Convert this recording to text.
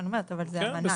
אני אומרת, אבל זה המענק.